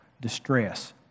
distress